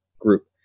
group